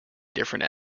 different